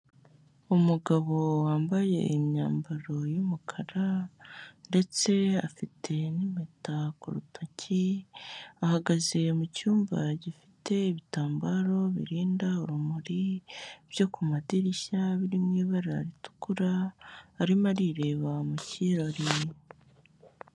Umugabo wambaye imyambaro y'umukara ndetse afite n'impeta ku rutoki ahagaze mu cyumba gifite ibitambaro birinda urumuri byo ku madirishya biri mu ibara ritukura, arimo arireba mu kirori.